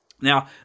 Now